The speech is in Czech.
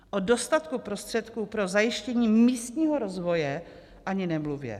O dostatku prostředků pro zajištění místního rozvoje ani nemluvě.